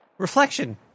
Reflection